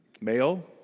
male